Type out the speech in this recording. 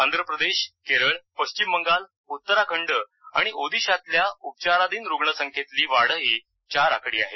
आंध्रप्रदेश केरळ पश्चिम बंगाल उत्तराखंड आणि ओदीशातल्या उपचाराधीन रुग्णसंख्येतली वाढही चार आकडी आहे